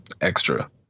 extra